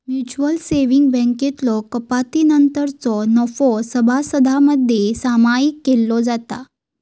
mutual savings बँकेतलो कपातीनंतरचो नफो सभासदांमध्ये सामायिक केलो जाता